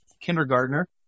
kindergartner